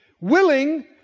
Willing